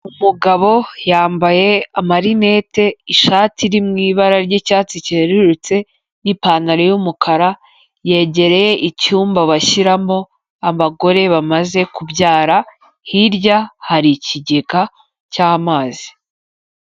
Umugabo yambaye amarinete, ishati iri mu ibara ry'icyatsi cyerurutse n'ipantaro y'umukara, yegereye icyumba bashyiramo abagore bamaze kubyara, hirya hari ikigega cy'amazi.